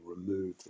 remove